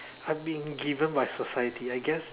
I've been given by society I guess